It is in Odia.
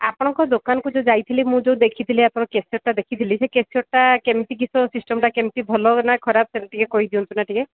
ଆପଣଙ୍କ ଦୋକାନକୁ ଯୋଉ ଯାଇଥିଲି ମୁଁ ଯୋଉ ଦେଖିଥିଲି ଆପଣ କ୍ୟାସେଟ୍ଟା ଦେଖିଥିଲି ସେ କ୍ୟାସେଟ୍ଟା କେମିତି କିସ ସିଷ୍ଟମ୍ଟା କେମିତି ଭଲ ନା ଖରାପ ସେମତି କହିଦିଅନ୍ତୁ ନା ଟିକେ